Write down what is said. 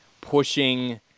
pushing